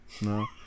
No